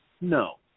no